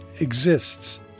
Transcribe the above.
exists